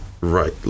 right